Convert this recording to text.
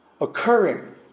occurring